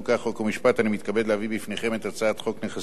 אני מתכבד להביא בפניכם את הצעת חוק נכסים של נספי השואה